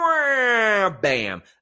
bam